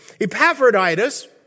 Epaphroditus